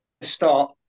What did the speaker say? start